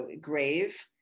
grave